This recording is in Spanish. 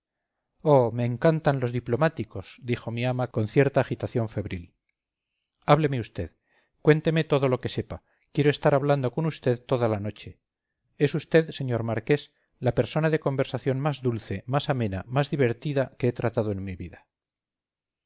oh me encantan los diplomáticos dijo mi ama con cierta agitación febril hábleme usted cuénteme todo lo que sepa quiero estar hablando con vd toda la noche es vd señor marqués la persona de conversación más dulce más amena más divertida que he tratado en mi vida